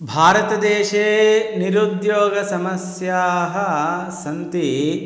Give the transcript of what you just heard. भारतदेशे निरुद्योगसमस्याः सन्ति